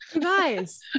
Guys